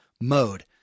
mode